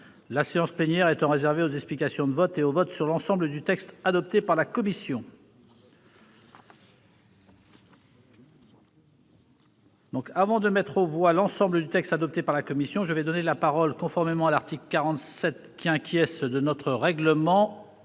la séance plénière étant réservée aux explications de vote et au vote sur l'ensemble du texte adopté par la commission. Avant de mettre aux voix l'ensemble du texte adopté par la commission, je vais donner la parole, conformément à l'article 47 de notre règlement,